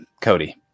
Cody